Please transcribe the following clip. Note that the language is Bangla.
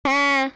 হ্যাঁ